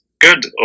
good